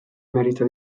merita